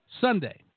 Sunday